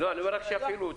לא, אני רק אומר שיפעילו אותה.